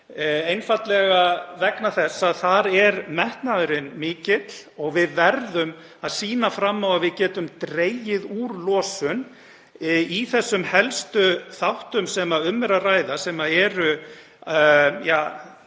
einfaldlega vegna þess að þar er metnaðurinn mikill. Við verðum að sýna fram á að við getum dregið úr losun í helstu þáttum sem um er að ræða, sem eru